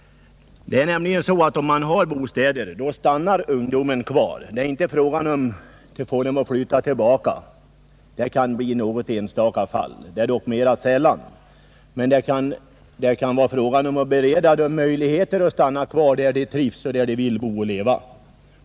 Finns bostäder stannar nämligen ungdomarna kvar. Det är inte fråga om att få dem att flytta tillbaka, det kan ske endast i något enstaka fall. Det kan dock vara fråga om att bereda dem möjligheter att stanna kvar där de trivs, där de vill bo och arbeta.